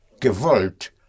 gewollt